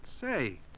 Say